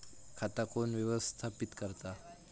खाता कोण व्यवस्थापित करता?